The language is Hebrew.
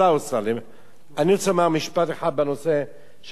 אני רוצה לומר משפט אחד בנושא של הצבא,